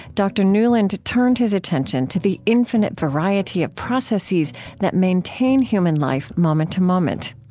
dr. nuland turned his attention to the infinite variety of processes that maintain human life moment to moment.